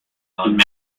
home